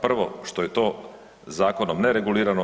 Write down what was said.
Prvo što je to zakonom neregulirano.